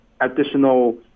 additional